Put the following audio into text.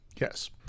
Yes